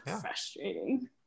frustrating